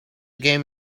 game